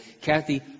Kathy